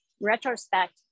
retrospect